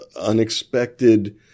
unexpected